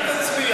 שב,